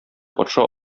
патша